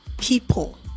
people